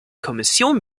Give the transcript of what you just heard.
kommission